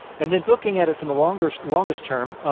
and then looking at it from the longest longest term,